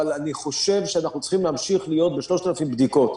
אבל אני חושב שאנחנו צריכים להמשיך להיות ב-3,000 בדיקות.